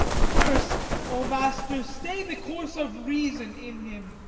first, o master, stay the course of reason in him,